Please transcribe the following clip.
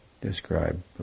describe